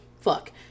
fuck